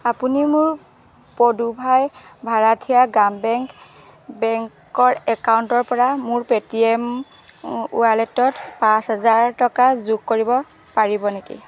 আপুনি মোৰ পড়ুভাই ভাৰাঠিয়াৰ গ্ৰাম বেংক বেংকৰ একাউণ্টৰপৰা মোৰ পে'টিএম ৰ ৱালেটত পাঁচ হাজাৰ টকা যোগ কৰিব পাৰিব নেকি